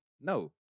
No